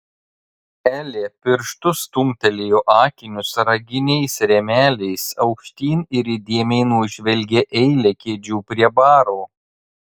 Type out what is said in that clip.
elė pirštu stumtelėjo akinius raginiais rėmeliais aukštyn ir įdėmiai nužvelgė eilę kėdžių prie baro